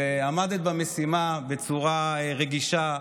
עמדת במשימה בצורה רגישה,